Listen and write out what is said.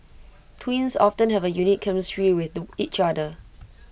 twins often have A unique chemistry with each other